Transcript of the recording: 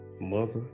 mother